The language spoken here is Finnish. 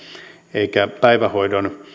eikä päivähoidon